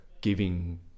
giving